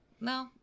No